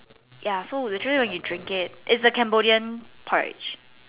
ya so literally when you drink it it's the Cambodian porridge